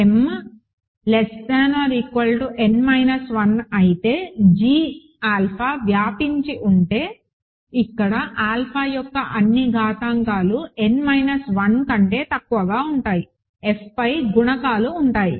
m n 1 అయితే g alpha వ్యాపించి ఉంటే ఇక్కడ ఆల్ఫా యొక్క అన్ని ఘాతాంకాలు n మైనస్ 1 కంటే తక్కువగా ఉంటాయి F పై గుణకాలు ఉంటాయి